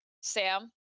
Sam